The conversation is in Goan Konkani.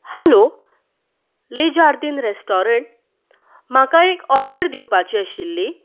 हॅलो ले जार्दीन रॅस्टॉरंट म्हाका एक ऑर्डर दिवपाची आशिल्ली